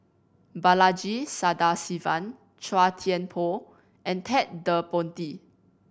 Balaji Sadasivan Chua Thian Poh and Ted De Ponti